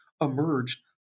emerged